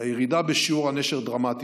הירידה בשיעור הנשירה דרמטית,